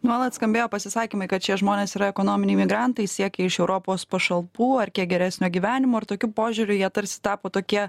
nuolat skambėjo pasisakymai kad šie žmonės yra ekonominiai migrantai siekia iš europos pašalpų ar kiek geresnio gyvenimo ir tokiu požiūriu jie tarsi tapo tokie